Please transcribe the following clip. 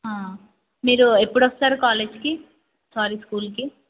మీరు ఎప్పుడొస్తారు కాలేజ్కి సారీ స్కూల్కి